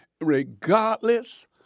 regardless